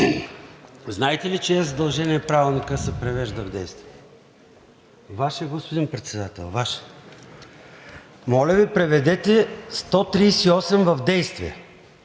Знаете ли чие задължение е Правилникът да се превежда в действие? Ваше, господин Председател, Ваше. Моля Ви, преведете чл. 138 в действие!